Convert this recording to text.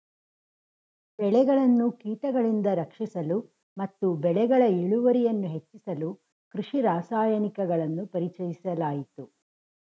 ಬೆಳೆಗಳನ್ನು ಕೀಟಗಳಿಂದ ರಕ್ಷಿಸಲು ಮತ್ತು ಬೆಳೆಗಳ ಇಳುವರಿಯನ್ನು ಹೆಚ್ಚಿಸಲು ಕೃಷಿ ರಾಸಾಯನಿಕಗಳನ್ನು ಪರಿಚಯಿಸಲಾಯಿತು